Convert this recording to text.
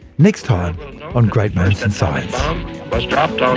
next time on great moments in science like ah but